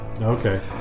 Okay